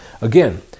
Again